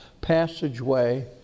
passageway